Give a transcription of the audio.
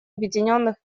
объединенных